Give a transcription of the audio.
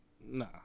Nah